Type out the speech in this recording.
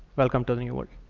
welcome to the new world.